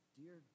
dear